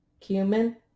cumin